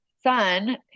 son